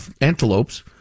antelopes